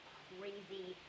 crazy